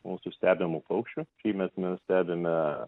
mūsų stebimų paukščių šiemet mes stebime